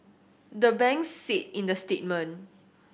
the banks said in the statement